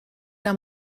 que